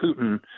Putin